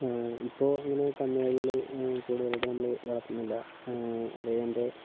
ഇപ്പോൾ അങ്ങനെ കന്നുകാലികൾ കൂടുതലായിട്ട് നമ്മൾ വളർത്തുന്നില്ല അതായത് എൻ്റെ